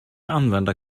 använda